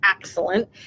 excellent